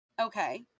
Okay